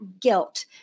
guilt